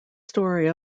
story